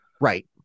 Right